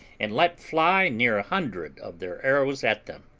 and let fly near a hundred of their arrows at them,